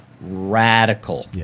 radical